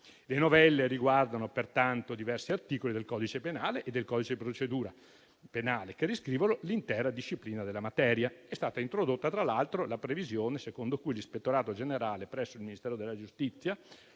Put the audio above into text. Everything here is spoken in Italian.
Le novelle riguardano pertanto diversi articoli del codice penale e del codice di procedura penale che riscrivono l'intera disciplina della materia. È stata introdotta, tra l'altro, la previsione secondo cui l'ispettorato generale presso il Ministero della giustizia,